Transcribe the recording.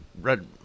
Red